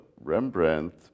Rembrandt